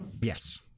Yes